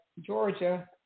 Georgia